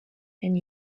and